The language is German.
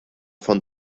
von